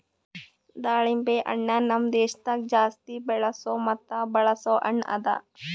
ದಾಳಿಂಬೆ ಹಣ್ಣ ನಮ್ ದೇಶದಾಗ್ ಜಾಸ್ತಿ ಬೆಳೆಸೋ ಮತ್ತ ಬಳಸೋ ಹಣ್ಣ ಅದಾ